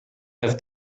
have